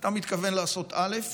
אתה מתכוון לעשות אל"ף